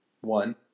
One